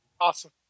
Awesome